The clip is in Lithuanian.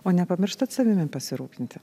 o nepamirštat savimi pasirūpinti